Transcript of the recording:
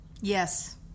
Yes